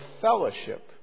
fellowship